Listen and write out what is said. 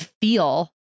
feel